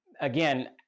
again